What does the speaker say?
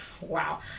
wow